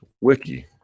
Wiki